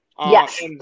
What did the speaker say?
Yes